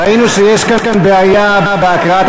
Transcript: ראינו שיש כאן בעיה בהקראת,